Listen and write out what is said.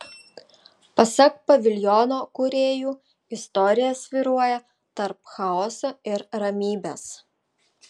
pasak paviljono kūrėjų istorija svyruoja tarp chaoso ir ramybės